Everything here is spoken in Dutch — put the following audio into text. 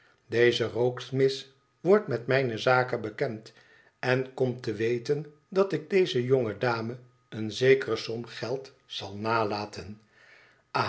deze rokesmith wordt met mijne zaken bekend en komt te weten dat ik deze jonge dame eene zekere som geld zal nalaten